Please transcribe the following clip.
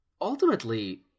Ultimately